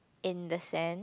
in the sand